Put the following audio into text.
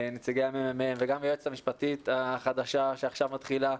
נציגי הממ"מ וגם היועצת המשפטית החדשה שעכשיו מתחילה,